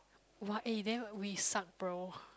!wah! eh then we suck bro